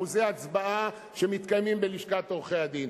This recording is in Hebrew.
באחוזי הצבעה שמתקיימים בלשכת עורכי-הדין.